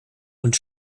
und